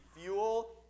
fuel